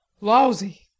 Lousy